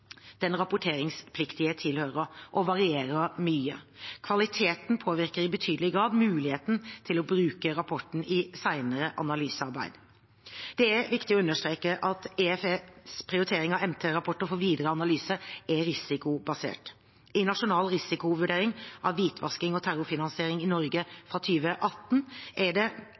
den rapporteringspliktige tilhører, og varierer mye. Kvaliteten påvirker i betydelig grad muligheten til å bruke rapporten i senere analysearbeid. Det er viktig å understreke at EFEs prioritering av MT-rapporter for videre analyse er risikobasert. I «Nasjonal risikovurdering – Hvitvasking og terrorfinansiering i Norge 2018» er det